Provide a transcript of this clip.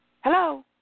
Hello